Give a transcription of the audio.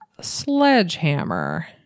sledgehammer